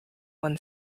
when